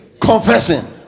confessing